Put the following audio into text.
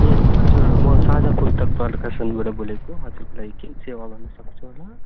ए हजुर म साझा पुस्तक प्रकाशनबाट बोलेको हजुरको लागि के सेवा गर्नुसक्छु होला